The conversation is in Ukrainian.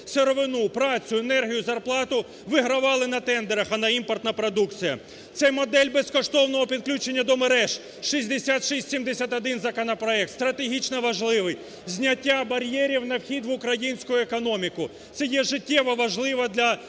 сировину, працю, енергію, зарплату, вигравали на тендерах, а не імпортна продукція. Це модель безкоштовного підключення до мереж, 6671 законопроект, стратегічно важливий. Зняття бар'єрів на вхід в українську економіку, це є життєво важливо для